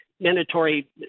mandatory